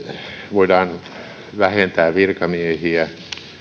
voidaan vähentää virkamiehiä